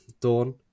Dawn